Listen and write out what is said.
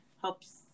helps